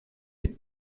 est